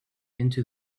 into